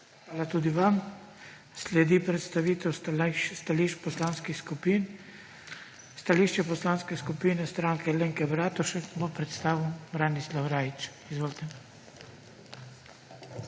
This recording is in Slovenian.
Hvala tudi vam. Sledi predstavitev stališč poslanskih skupin. Stališče Poslanske skupine Stranke Alenke Bratušek bo predstavil Branislav Rajić. Izvolite.